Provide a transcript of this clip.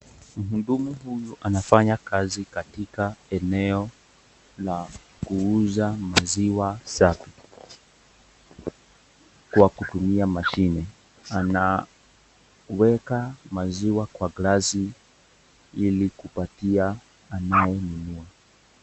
Mhudumu huyu anafanya kazi katika eneo la kuuza maziwa sake kwa kutumia mashine .Anaweka maziwa kwa glasi ili kupatia anayenunua.